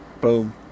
Boom